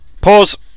Pause